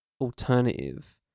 alternative